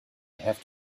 have